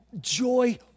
joy